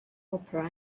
opera